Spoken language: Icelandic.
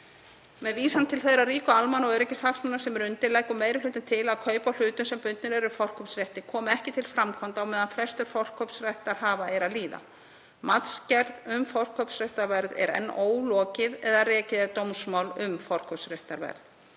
Með vísan til þeirra ríku almanna- og öryggishagsmuna sem eru undir leggur meiri hlutinn til að kaup á hlutum sem bundnir eru forkaupsrétti komi ekki til framkvæmda á meðan frestur forkaupsréttarhafa er að líða, matsgerð um forkaupsréttarverð er enn ólokið eða rekið er dómsmál um forkaupsréttarverð.